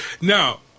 now